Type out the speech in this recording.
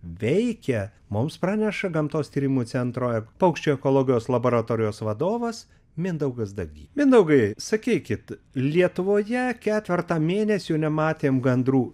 veikia mums praneša gamtos tyrimų centro paukščių ekologijos laboratorijos vadovas mindaugas dagy mindaugai sakykit lietuvoje ketvertą mėnesių nematėm gandrų